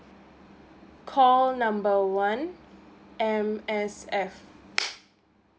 call number one M_S_F